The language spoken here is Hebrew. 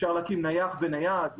אפשר להקים נייח ונייד,